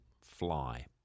fly